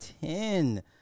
ten